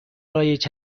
رایج